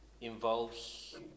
involves